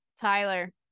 Tyler